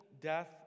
death